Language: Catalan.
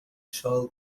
sol